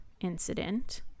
incident